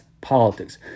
politics